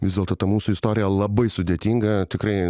vis dėlto ta mūsų istorija labai sudėtinga tikrai